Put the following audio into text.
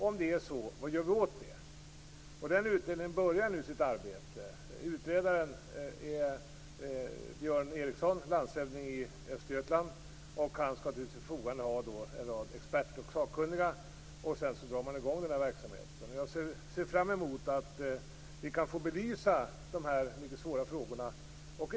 Om det är så - vad gör vi åt det? Denna utredning börjar nu sitt arbete. Utredaren är Björn Eriksson, landshövding i Östergötland. Han har till sitt förfogande en rad experter och sakkunniga, och verksamheten skall dras i gång. Jag ser fram emot att få de här mycket svåra frågorna belysta.